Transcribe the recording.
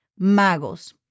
Magos